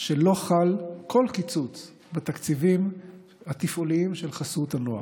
שלא חל כל קיצוץ בתקציבים התפעוליים של חסות הנוער.